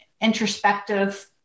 introspective